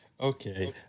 Okay